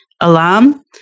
alarm